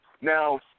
Now